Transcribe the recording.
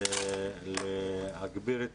להגביר את